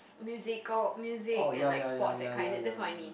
musical music and like sports that kind that's what I mean